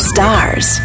stars